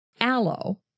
Aloe